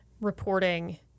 reporting